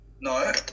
No